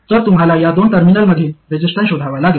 तर तुम्हाला या दोन टर्मिनलमधील रेसिस्टन्स शोधावा लागेल